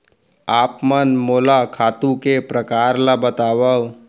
आप मन मोला खातू के प्रकार ल बतावव?